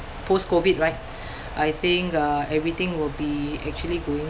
post COVID right I think uh everything will be actually going